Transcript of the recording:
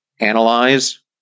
analyze